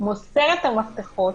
מוסר את המפתחות,